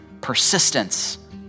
persistence